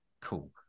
cool